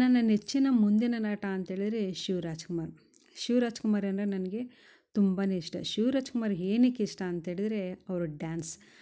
ನನ್ನ ನೆಚ್ಚಿನ ಮುಂದಿನ ನಟ ಅಂತೇಳಿರೇ ಶಿವರಾಜಕುಮಾರ್ ಶಿವರಾಜಕುಮಾರ್ ಅಂದರೆ ನನಗೆ ತುಂಬಾನೆ ಇಷ್ಟ ಶಿವರಾಜಕುಮಾರ್ ಏನಕ್ ಇಷ್ಟ ಅಂತೇಳಿದರೆ ಅವರ ಡ್ಯಾನ್ಸ್